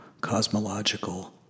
cosmological